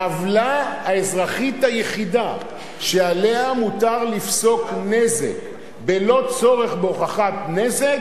העוולה האזרחית היחידה שעליה מותר לפסוק נזק בלא צורך בהוכחת נזק,